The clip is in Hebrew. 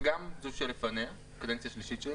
וגם זו שלפניה קדנציה שלישית שלי